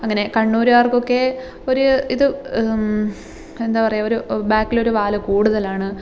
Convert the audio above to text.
അങ്ങനെ കണ്ണൂർകാർക്കൊക്കെ ഒരു ഇത് എന്താ പറയുക ഒരു ബാക്കിലൊരു വാൽ കൂടുതലാണ്